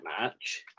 match